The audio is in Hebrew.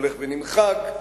הולך ונמחק,